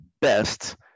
best